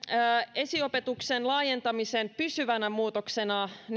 esiopetuksen laajentamisen pysyvään muutokseen